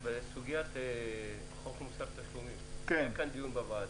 בסוגיית חוק מוסר תשלומים היה דיון בוועדה.